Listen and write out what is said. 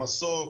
נביא לה מסוק,